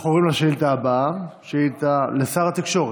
אנחנו עוברים לשאילתה הבאה, שאילתה לשר התקשורת.